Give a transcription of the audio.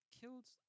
killed